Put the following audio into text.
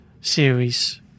series